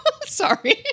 Sorry